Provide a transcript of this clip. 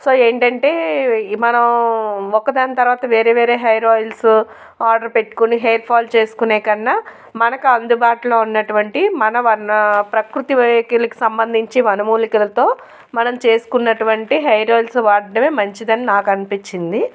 so ఏంటంటే మనం ఒక దాని తర్వాత వేరే వేరే హెయిర్ ఆయిల్స్ ఆర్డర్ పెట్టుకుని హెయిర్ ఫాల్ చేసుకునే కన్నా మనకు అందుబాటులో ఉన్నటువంటి మన వర్ణ ప్రకృతి వైఖరికి సంబంధించి వనమూలికలతో మనం చేసుకున్నటువంటి హెయిర్ ఆయిల్స్ వాడటమే మంచిదని నాకనిపించింది